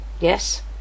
Yes